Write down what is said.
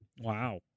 Wow